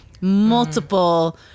multiple